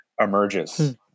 emerges